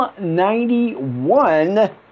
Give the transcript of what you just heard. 91